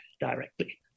directly